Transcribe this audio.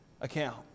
account